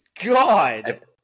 God